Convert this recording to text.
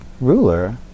ruler